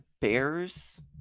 Bears